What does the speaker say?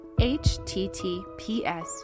https